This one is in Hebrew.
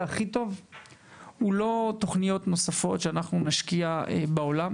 הכי טוב הוא לא תוכניות נוספות שאנחנו נשקיע בעולם.